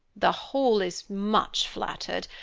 the hall is much flattered,